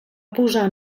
posar